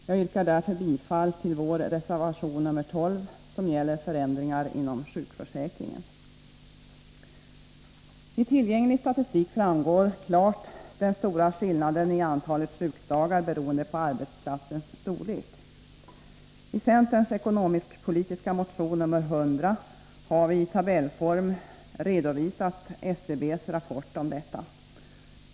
Jag yrkar därför bifall till vår reservation nr 12 som gäller förändringar inom sjukförsäkringen. I tillgänglig statistik framgår klart den stora skillnaden i antalet sjukdagar beroende på arbetsplatsens storlek. I centerns ekonomisk-politiska motion nr 100 har vi i tabellform redovisat SCB:s rapport om detta.